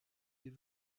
est